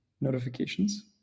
notifications